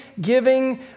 giving